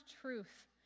truth